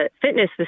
fitness